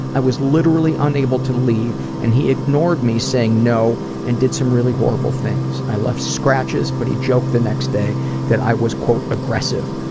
i was literally unable to leave and he ignored me saying no and did some really horrible things. i left scratches but he joked the next day that i was aggressive.